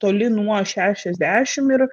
toli nuo šešiasdešim ir